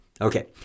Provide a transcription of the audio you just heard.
Okay